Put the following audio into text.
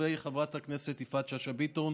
לגבי חברת הכנסת יפעת שאשא ביטון,